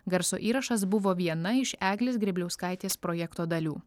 garso įrašas buvo viena iš eglės grėbliauskaitės projekto dalių